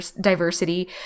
diversity